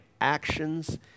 actions